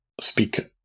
speak